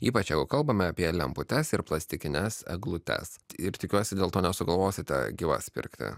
ypač jeigu kalbame apie lemputes ir plastikines eglutes ir tikiuosi dėl to nesugalvosite gyvas pirkti